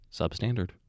substandard